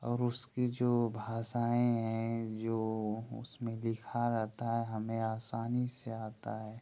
और उसकी जो भाषाएँ है जो उसमें लिखा रहता है हमें आसानी से आता है